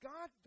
God